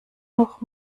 noch